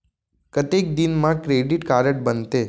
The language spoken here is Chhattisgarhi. कतेक दिन मा क्रेडिट कारड बनते?